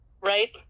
right